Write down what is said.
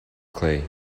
clay